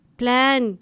plan